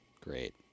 great